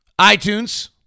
iTunes